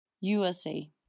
USA